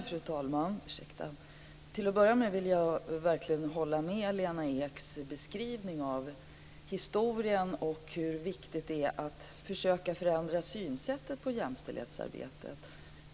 Fru talman! Till att börja med vill jag verkligen hålla med Lena Eks beskrivning av historien och hur viktigt det är att försöka förändra synsättet på jämställdetsarbetet.